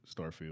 Starfield